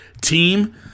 team